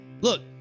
Look